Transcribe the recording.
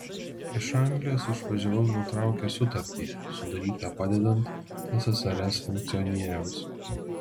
iš anglijos išvažiavau nutraukęs sutartį sudarytą padedant ssrs funkcionieriams